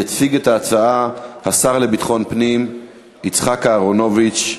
יציג את ההצעה השר לביטחון פנים יצחק אהרונוביץ.